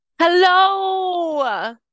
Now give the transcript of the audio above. Hello